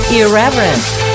irreverent